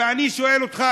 ואני שואל אותך,